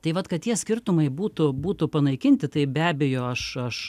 tai vat kad tie skirtumai būtų būtų panaikinti tai be abejo aš aš